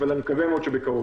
אבל אני מקווה מאוד שבקרוב.